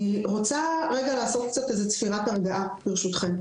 אני רוצה רגע לעשות צפירת הרגעה ברשותכם,